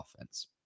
offense